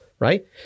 Right